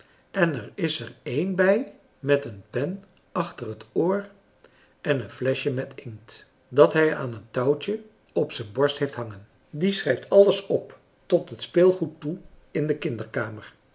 en er is één bij met een pen achter het oor en een fleschje met inkt dat hij aan een touwtje op zijn borst heeft hangen die schrijft alles op tot het speelgoed toe in de kinderkamer